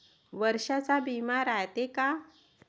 वर्षाचा बिमा रायते का?